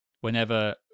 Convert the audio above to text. whenever